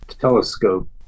telescope